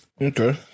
Okay